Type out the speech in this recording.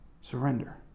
Surrender